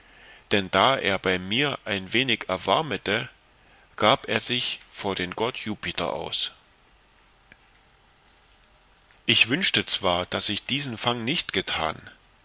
dann da er bei mir ein wenig erwarmete gab er sich vor den gott jupiter aus ich wünschte zwar daß ich diesen fang nicht getan